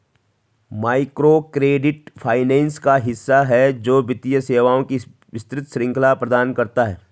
microcredit finance का हिस्सा है, जो वित्तीय सेवाओं की विस्तृत श्रृंखला प्रदान करता है